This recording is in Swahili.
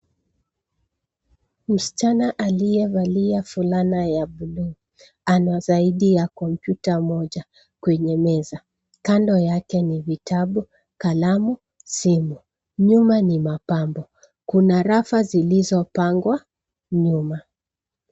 Msichana aliyevalia fulana ya bluu ,ana zaidi ya kompyuta moja kwenye meza. Kando yake ni vitabu, kalamu , simu. Nyuma ni mapambo ,kuna rafu zilizopangwa nyuma.